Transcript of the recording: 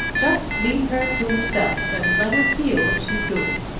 just leave her to herself and let her feel what she's doing.